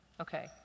okay